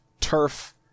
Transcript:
turf